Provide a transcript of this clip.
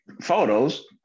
photos